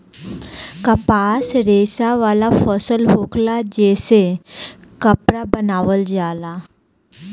कपास रेशा वाला फसल होखेला जे से कपड़ा बनावल जाला